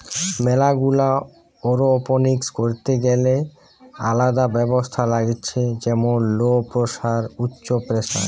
ম্যালা গুলা এরওপনিক্স করিতে গ্যালে আলদা ব্যবস্থা লাগতিছে যেমন লো প্রেসার, উচ্চ প্রেসার